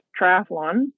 triathlon